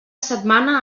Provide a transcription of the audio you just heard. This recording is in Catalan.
setmana